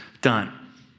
done